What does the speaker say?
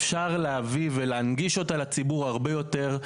אפשר להביא ולהנגיש אותה לציבור הרבה יותר.